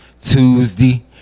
Tuesday